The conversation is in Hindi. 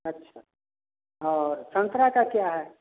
अच्छा और संतरे का क्या है